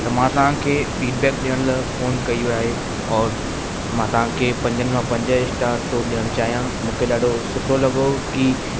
त मां तव्हांखे फीडबैक ॾियण लाइ फोन कयो आहे औरि मां तव्हांखे पंजनि मां पंज स्टार थो ॾियणु चाहियां मूंखे ॾाढो सुठो लॻो की